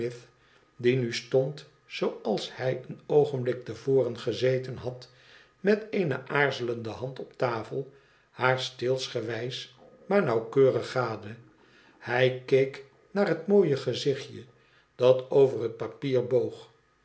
die nu stond zooals hij een oogenblik te voren gezeten had met eene aarzelende hand op tafel haar steelsgewijs maar nauwkeurig gade hij keek naar het mooie gezichte dat over het papier boog